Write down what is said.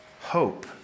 hope